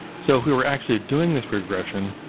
so if we were actually doing this regression,